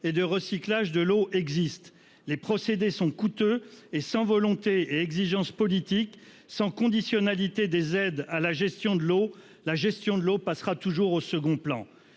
et de recyclage de l'eau existe les procédés sont coûteux et sans volonté exigence politique sans conditionnalité des aides à la gestion de l'eau, la gestion de l'eau passera toujours au second plan.